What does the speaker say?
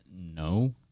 No